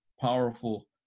powerful